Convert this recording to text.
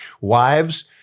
wives